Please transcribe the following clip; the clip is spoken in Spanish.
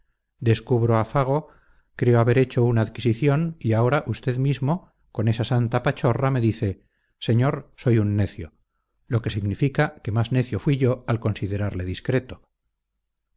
descubro a fago creo haber hecho una adquisición y ahora usted mismo con esa santa pachorra me dice señor soy un necio lo que significa que más necio fui yo al considerarle discreto